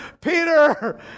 Peter